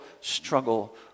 struggle